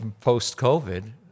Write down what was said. post-COVID